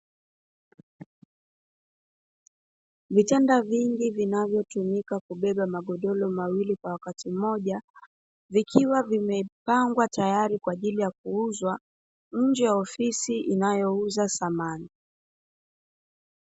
Vitanda vingi vinavyotumika kubeba magodoro mawili kwa wakati mmoja, vikiwa vimepangwa tayari kwa ajili ya kuuzwa nje ya ofisi inayouza samani.